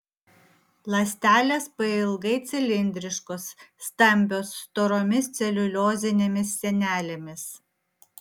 ląstelės pailgai cilindriškos stambios storomis celiuliozinėmis sienelėmis